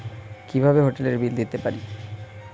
কিভাবে হোটেলের বিল দিতে পারি?